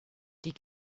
die